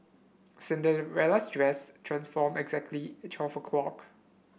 Cinderella's dress transformed exactly at twelve o'clock